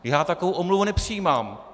Já takovou omluvu nepřijímám.